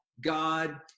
God